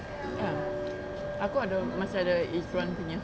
ah aku ada masih ada izuan punya